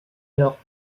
alors